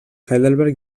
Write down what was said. heidelberg